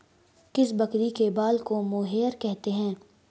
किस बकरी के बाल को मोहेयर कहते हैं?